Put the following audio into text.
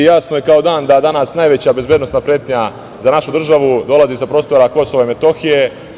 Jasno je kao dan da danas najveća bezbednosna pretnja za našu državu dolazi sa prostora Kosova i Metohije.